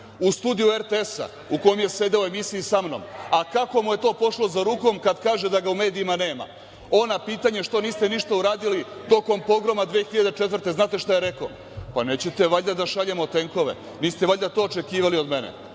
u studiju RTS u kome je sedeo u emisiji sa mnom, a kako mu je to pošlo za rukom kada kaže da ga u medijima nema, on na pitanje – što niste ništa uradili tokom pogroma 2004. godine, znate li šta je rekao – pa nećete valjda da šaljemo tenkove, niste valjda to očekivali od mene.